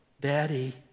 Daddy